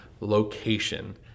location